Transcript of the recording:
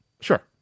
Sure